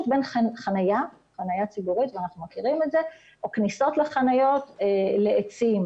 בין חניה ציבורית או כניסות לחניות לעצים.